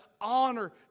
honor